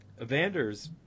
evanders